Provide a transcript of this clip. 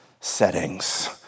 Settings